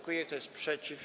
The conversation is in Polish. Kto jest przeciw?